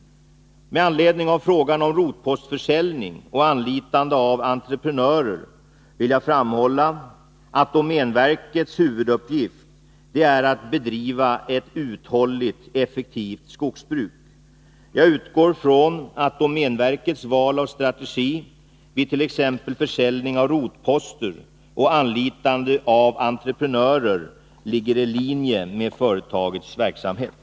Med anledning av frågan om rotpostförsäljning och anlitande av entreprenörer vill jag framhålla att domänverkets huvuduppgift är att bedriva ett uthålligt, effektivt skogsbruk. Jag utgår från att domänverkets val av strategi vidt.ex. försäljning av rotposter och anlitande av entreprenörer ligger i linje med företagets verksamhet.